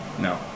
No